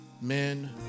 men